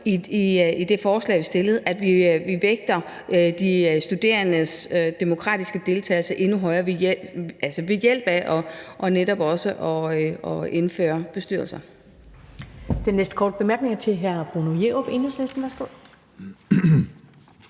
i det forslag, vi stillede, at vi vægter de studerendes demokratiske deltagelse endnu højere ved hjælp af netop også at indføre bestyrelser.